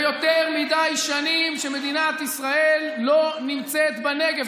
ויותר מדי שנים מדינת ישראל לא נמצאת בנגב.